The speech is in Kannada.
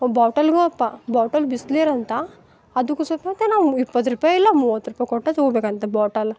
ಬಾಟಲ್ಗು ಅಪ್ಪ ಬಾಟಲ್ ಬಿಸ್ಲೇರಂತ ಅದಕ್ಕು ಸಪೇತ ನಾವು ಇಪ್ಪತ್ತು ರೂಪಾಯಿ ಇಲ್ಲ ಮೂವತ್ತು ರೂಪಾಯಿ ತೊಟ್ಟು ತಗೊಬೇಕಂತೆ ಬಾಟಲ್